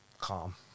calm